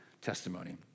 testimony